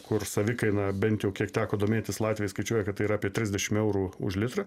kur savikaina bent jau kiek teko domėtis latviai skaičiuoja kad tai yra apie trisdešim eurų už litrą